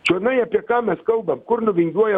čionai apie ką mes kalbam kur nuvingiuoja